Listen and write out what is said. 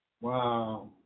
Wow